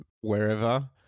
wherever